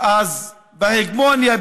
אז בהגמוניה,